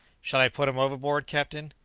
shall i put him overboard, captain?